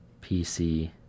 PC